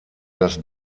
das